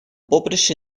поприще